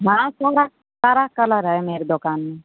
हाँ सारा कलर है मेरे दुकान में